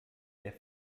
der